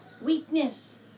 weakness